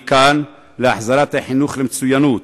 אני כאן להחזרת החינוך למצוינות,